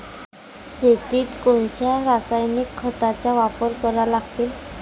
शेतीत कोनच्या रासायनिक खताचा वापर करा लागते?